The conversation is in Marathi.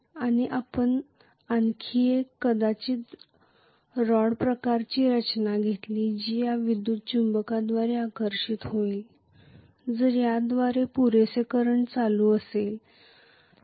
आणि आपण आणखी एक कदाचित रॉड प्रकारची रचना घेतली जी या विद्युत् चुंबकाद्वारे आकर्षित होईल जर याद्वारे पुरेसे करंट चालू असेल तर